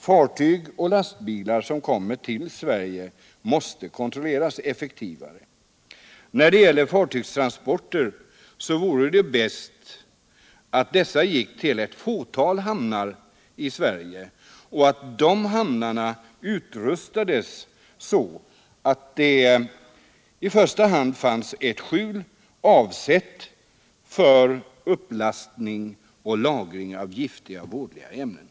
Fartyg och lastbilar som kommer till Sverige måste kontrolleras effektivare. När det gäller fartygstransporter vore det bäst att dessa gick till ett fåtal hamnar i Sverige och att de hamnarna utrustades så att det i första hand fanns ett skjul avsett för upplastning och lagring av giftiga och vådliga ämnen.